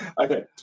Okay